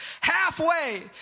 halfway